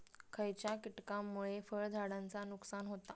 खयच्या किटकांमुळे फळझाडांचा नुकसान होता?